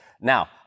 Now